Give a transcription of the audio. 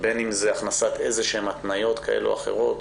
בין אם זה בהכנסת התניות כאלו או אחרות,